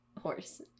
Horse